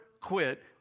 quit